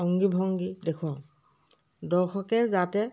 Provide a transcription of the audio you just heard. অংগী ভংগী দেখুৱাওঁ দৰ্শকে যাতে